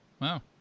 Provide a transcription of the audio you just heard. wow